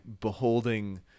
beholding